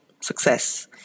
success